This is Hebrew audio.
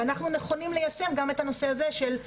ואנחנו נכונים ליישם גם את נושא הפיילוט.